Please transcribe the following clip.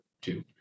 two